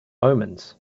omens